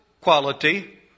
quality